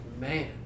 man